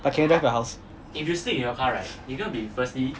but can you drive your house